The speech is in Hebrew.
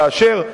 כאשר,